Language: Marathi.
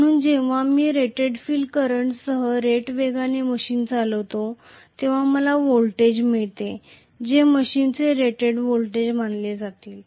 म्हणून जेव्हा मी रेटेड फिल्ड करंटसह रेट वेगाने मशीन चालवितो तेव्हा मला व्होल्टेज मिळेल जे मशीनचे रेटेड व्होल्टेज मानले जातील